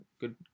good